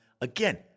again